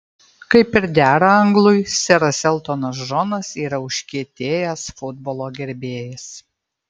kaip ir dera anglui seras eltonas džonas yra užkietėjęs futbolo gerbėjas